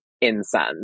Incense